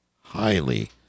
highly